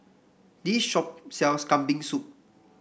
this shop sells Kambing Soup